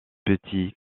petit